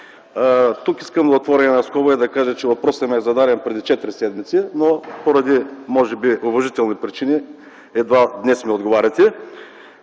Тук искам да отворя една скоба и да кажа, че въпросът ми е зададен преди четири седмици, но може би поради уважителни причини едва днес ми отговаряте.